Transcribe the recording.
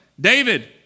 David